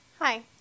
Hi